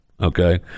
okay